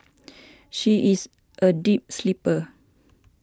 she is a deep sleeper